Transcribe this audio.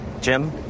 Jim